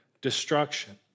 destruction